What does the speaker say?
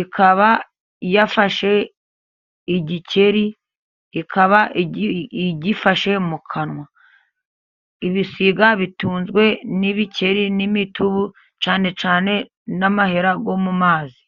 ikaba yafashe igikeri ikaba igifashe mu kanwa. Ibisiga bitunzwe n'ibikeri, n'imitubu cyane cyane n'amahera yo mu mazi.